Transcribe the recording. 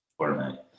Fortnite